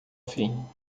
fim